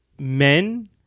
men